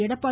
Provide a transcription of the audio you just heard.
Edappadi